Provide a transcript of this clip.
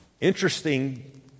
Interesting